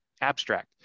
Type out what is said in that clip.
abstract